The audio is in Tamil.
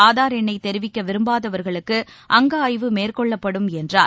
ஆதார் எண்ணைதெரிவிக்கவிரும்பாதவர்களுக்குஅங்கஆய்வு மேற்கொள்ளப்படும் என்றார்